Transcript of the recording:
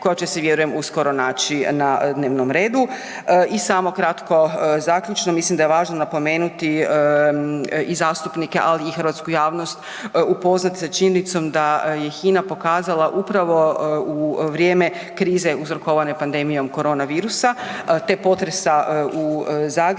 koja će se vjerujem uskoro naći na dnevnom redu. I samo kratko zaključno, mislim da je važno napomenuti i zastupnike, ali hrvatsku javnost upoznati s činjenicom da je HINA pokazala upravo u vrijeme krize uzrokovane pandemijom korona virusa te potresa u Zagrebu,